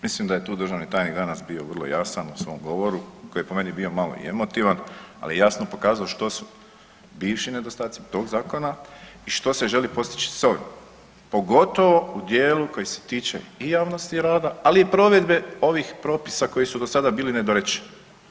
Mislim da je tu državni tajnik danas bio vrlo jasan u svom govori, koji je po meni bio malo i emotivan, ali je jasno pokazao što su bivši nedostaci tog zakona i što se želi postići s ovim, pogotovo u dijelu koji se tiče i javnosti rada, ali i provedbe ovih propisa koji su do sada bili nedorečeni.